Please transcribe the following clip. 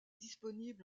disponible